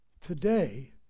today